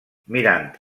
mirant